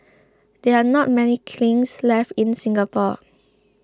there are not many kilns left in Singapore